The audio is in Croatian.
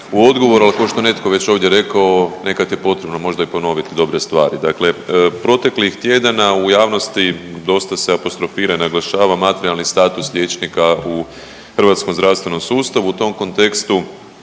u odgovoru, al ko što je netko ovdje već rekao nekad je potrebno možda i ponoviti dobre stvari. Dakle, proteklih tjedana u javnosti dosta se apostrofira, naglašava materijalni status liječnika u hrvatskom zdravstvenom sustavu u tom kontekstu